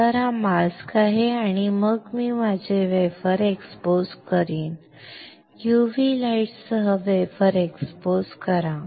तर हा मास्क आहे आणि मग मी माझे वेफर एक्सपोज करीन UV प्रकाशासह वेफर एक्सपोज करा